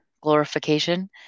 glorification